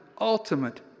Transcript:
ultimate